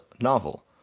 novel